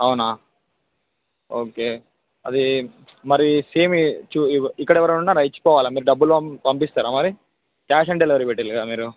అవునా ఓకే అది మరి సేమ్ చు ఇవా ఇక్కడ ఎవరైనా ఉన్నారా ఇచ్చి పోవాలా మీరు డబ్బులు పంపిస్తారా మరి క్యాష్ ఆన్ డెలివరీ పెట్టారు కదా మీరు